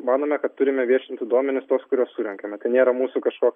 manome kad turime viešinti duomenis tuos kuriuos surenkame tai nėra mūsų kažkoks